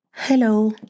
Hello